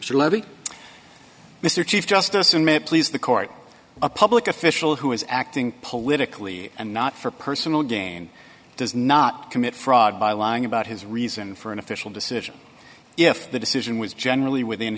me mr chief justice and may it please the court a public official who is acting politically and not for personal gain does not commit fraud by lying about his reason for an official decision if the decision was generally within